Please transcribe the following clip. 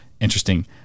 interesting